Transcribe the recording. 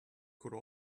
could